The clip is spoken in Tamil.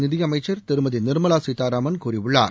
நிதியமைச்சர் திருமதி நிர்மலா சீதாராமன் கூறியுள்ளார்